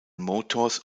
motors